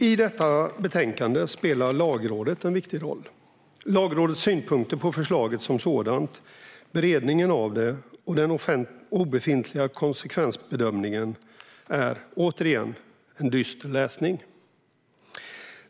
I detta betänkande spelar Lagrådet, Lagrådets synpunkter på förslaget som sådant, beredningen av det och den obefintliga konsekvensbedömningen en viktig roll. Det är en dyster läsning.